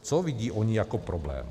Co vidí oni jako problém?